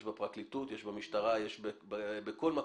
יש בפרקליטות, יש במשטרה, יש בכל מקום.